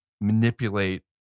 manipulate